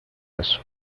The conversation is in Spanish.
eso